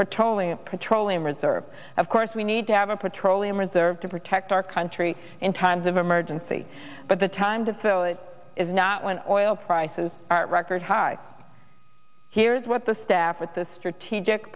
petroleum petroleum reserve of course we need to have a petroleum reserve to protect our country in times of emergency but the time to fill it is not when oil prices are at record high here's what the staff at the strategic